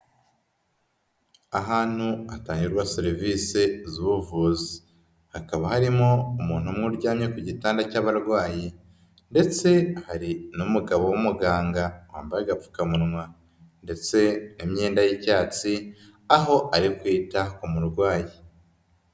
Ahantu hatangirwa serivisi z'ubuvuzi. Hakaba harimo umuntu umwe uryamye ku gitanda cy'abarwayi ndetse hari n'umugabo w'umuganga wambaye agapfukamunwa ndetse imyenda y'icyatsi, aho ari kwita ku murwayi.